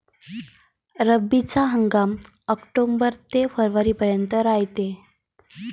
रब्बीचा हंगाम आक्टोबर ते फरवरीपर्यंत रायते